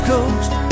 Coast